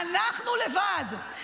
אנחנו לבד,